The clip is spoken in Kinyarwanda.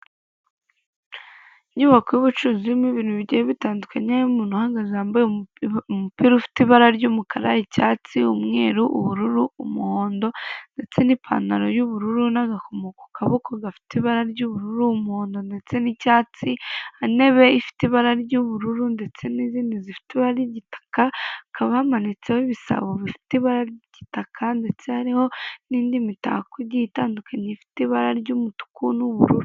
Inyubako y'ubucuruzi irimo ibintu bigiye bitandukanye, harimo umuntu uhagaze wambaye umupira ufite ibara ry'umukara, icyatsi, umweru, ubururu, umuhondo ndetse n'ipantaro y'ubururu, n'agakomo ku kaboko gafite ibara ry'ubururu n'umuhondo ndetse n'icyatsi, intebe ifite ibara ry'ubururu ndetse n'izindi zifite ibara ry'igitaka. Hakaba hamanitseho ibisabo bifite ibara ry'igitaka, ndetse hariho n'indi mitako igiye itandukanye ifite ibara ry'umutuku n'ubururu.